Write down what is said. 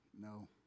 No